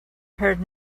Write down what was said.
heard